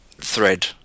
thread